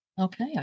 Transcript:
Okay